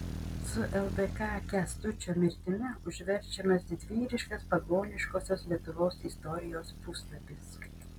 su ldk kęstučio mirtimi užverčiamas didvyriškas pagoniškosios lietuvos istorijos puslapis